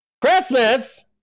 Christmas